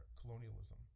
colonialism